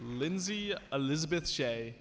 lindsay elizabeth say